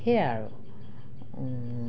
সেয়াই আৰু